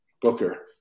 Booker